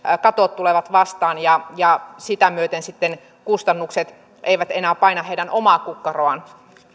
katot tulevat vastaan ja ja sitä myöten sitten kustannukset eivät enää paina heidän omaa kukkaroaan